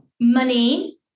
money